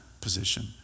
position